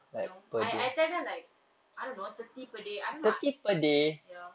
no I I tell them like I don't know thirty per day I don't know ya